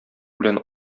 белән